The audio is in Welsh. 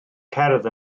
cerdd